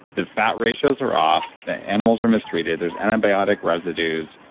the fat ratios are off. the animals were mistreated. there's antibiotic residues.